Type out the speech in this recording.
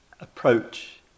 approach